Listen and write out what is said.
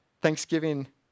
thanksgiving